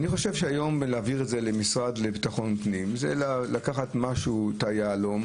היום להעביר את זה למשרד לביטחון הפנים זה לקחת את היהלום